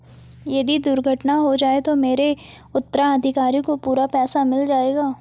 यदि दुर्घटना हो जाये तो मेरे उत्तराधिकारी को पूरा पैसा मिल जाएगा?